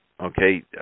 Okay